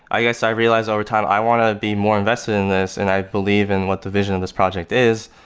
i guess i realized over time i want to be more invested in this and i believe in what the vision of this project is,